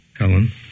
Helen